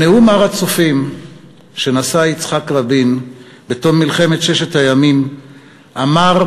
בנאום הר-הצופים שנשא יצחק רבין בתום מלחמת ששת הימים הוא אמר,